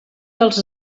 dels